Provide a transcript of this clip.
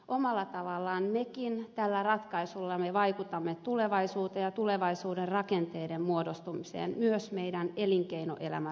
omalla tavallaan mekin tällä ratkaisullamme vaikutamme tulevaisuuteen ja tulevaisuuden rakenteiden muodostumiseen myös meidän elinkeinoelämän rakenteisiin